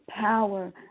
power